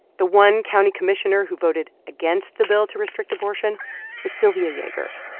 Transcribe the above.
the one county commissioner who voted against the bill to restrict abortion was sylvia yagert.